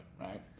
right